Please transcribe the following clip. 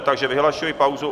Takže vyhlašuji pauzu...